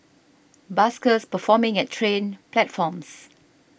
buskers performing at train platforms